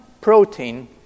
protein